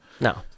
No